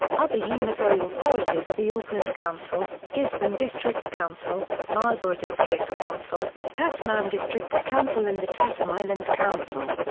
other unitary authorities are the auckland council, gisborne district council, marlborough district council, tasman district council and the chatham islands council.